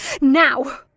Now